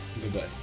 Goodbye